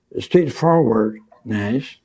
straightforwardness